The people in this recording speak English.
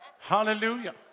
Hallelujah